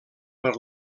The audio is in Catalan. per